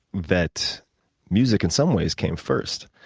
that music in some ways came first.